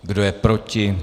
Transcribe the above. Kdo je proti?